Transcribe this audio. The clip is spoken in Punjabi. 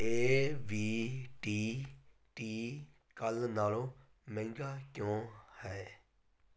ਏ ਵੀ ਟੀ ਟੀ ਕੱਲ੍ਹ ਨਾਲੋਂ ਮਹਿੰਗਾ ਕਿਉਂ ਹੈ